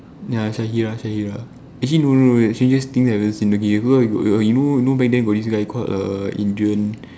ya Shaheera Shaheera actually no no the strangest thing I've ever seen okay you know back then got this guy called err Adrian